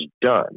done